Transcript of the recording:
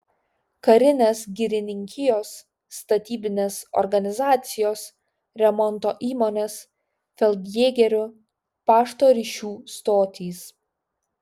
karinės girininkijos statybinės organizacijos remonto įmonės feldjėgerių pašto ryšių stotys